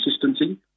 consistency